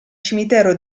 cimitero